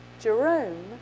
Jerome